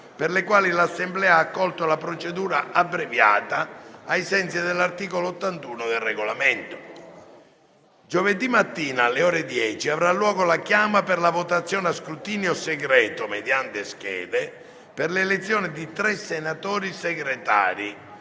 per le quali l'Assemblea ha accolto la procedura abbreviata, ai sensi dell'articolo 81 del Regolamento. Giovedì mattina, alle ore 10, avrà luogo la chiama per la votazione a scrutinio segreto mediante schede per l'elezione di tre senatori Segretari.